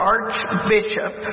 Archbishop